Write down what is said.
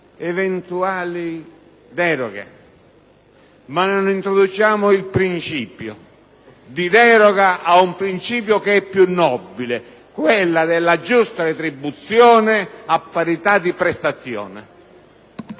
eventuali deroghe, ma non introduciamo il principio di deroga ad un principio che è più nobile: quello della giusta retribuzione a parità di prestazione.